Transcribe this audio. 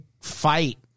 fight